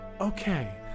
Okay